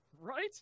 Right